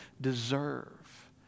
deserve